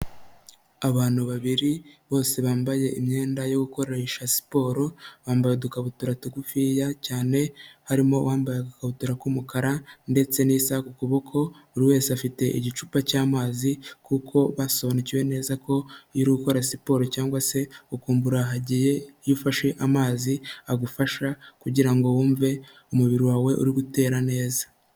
Abantu babiri bose bambaye imyenda yo gukoresha siporo bambaye udukabutura tugufiya cyane, harimo uwambaye agakabutura k'umukara ndetse n'isaha ku kuboko buri wese afite igicupa cy'amazi, kuko basobanukiwe neza ko iyo uri gukora siporo cyangwa se ukumva urahagiye, iyo ufashe amazi agufasha kugira ngo wumve umubiri wawe uri gutera neza.